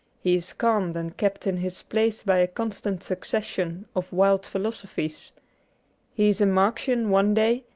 he is calmed and kept in his place by a constant succession of wild philo sophies. he is a marxian one day,